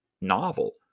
novel